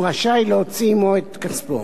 הוא רשאי להוציא עמו את כספו.